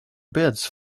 bids